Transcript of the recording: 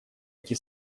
эти